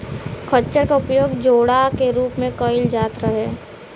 खच्चर क उपयोग जोड़ा के रूप में कैईल जात रहे